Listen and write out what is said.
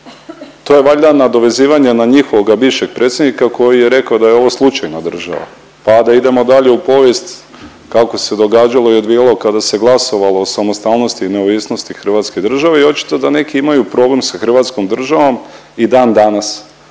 To je valjda nadovezivanje na njihovoga bivšeg predsjednika koji je rekao da ovo slučajna država, a da idemo dalje u povijest kako se događalo i odvijalo kada se glasovalo o samostalnosti i neovisnosti hrvatske države i očito da neki imaju problem sa hrvatskom državom i dan danas,